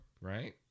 Right